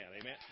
Amen